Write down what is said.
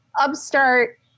upstart